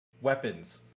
weapons